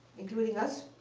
including us.